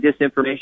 disinformation